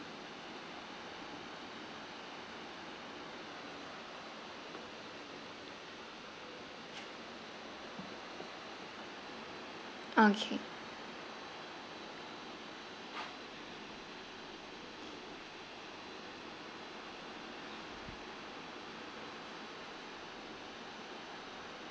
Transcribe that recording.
okay